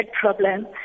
problem